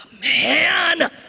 Man